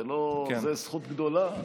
זו זכות גדולה.